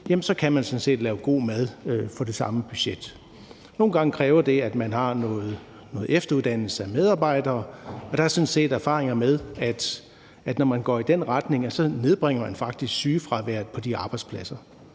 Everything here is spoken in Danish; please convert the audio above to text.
sådan set lave god mad for det samme budget. Nogle gange kræver det, at man har noget efteruddannelse af medarbejdere, og der er sådan set erfaringer med, at når man går i den retning, nedbringer man faktisk sygefraværet på de arbejdspladser.